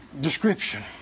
description